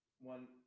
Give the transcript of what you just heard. one